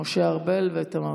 משה ארבל ותמר